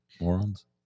Morons